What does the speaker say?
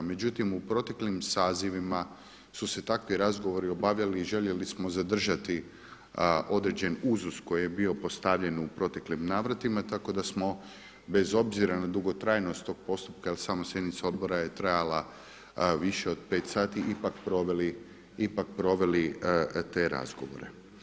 Međutim u proteklim sazivima su se takvi razgovori obavljali i željeli smo zadržati određen uzus koji je bio postavljen u proteklim navratima, tako da smo bez obzira na dugotrajnost tog postupka jer sama sjednica odbora je trajala više od pet sati ipak proveli te razgovore.